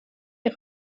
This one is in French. est